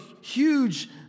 huge